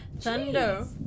Thunder